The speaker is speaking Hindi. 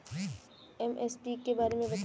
एम.एस.पी के बारे में बतायें?